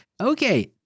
Okay